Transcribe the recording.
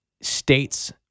states